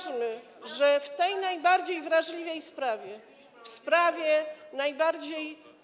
że w tej najbardziej wrażliwej sprawie, w sprawie najbardziej.